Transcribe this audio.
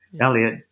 Elliot